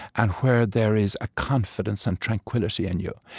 and where there is a confidence and tranquility in you.